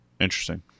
Interesting